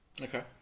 Okay